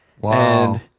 Wow